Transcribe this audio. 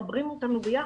מחברים אותנו ביחד.